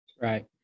right